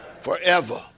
forever